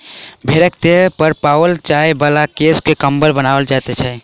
भेंड़क देह पर पाओल जाय बला केश सॅ कम्बल बनाओल जाइत छै